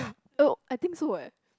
oh I think so eh